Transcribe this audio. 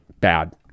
bad